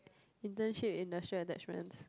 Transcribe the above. internship industrial attachments